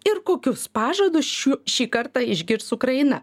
ir kokius pažadus šiu šį kartą išgirs ukraina